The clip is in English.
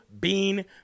bean